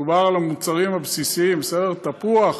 מדובר על המוצרים הבסיסיים: תפוח,